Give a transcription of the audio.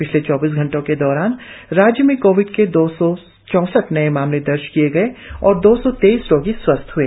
पिछले चौबीस घंटों के दौरान राज्य में कोविड के दो सौ चौसठ नए मामले दर्ज किए गए और दो सौ तेईस रोगी स्वस्थ्य ह्ए